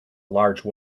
large